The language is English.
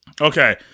Okay